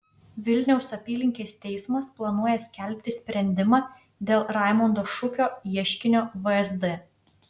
vilniaus apylinkės teismas planuoja skelbti sprendimą dėl raimondo šukio ieškinio vsd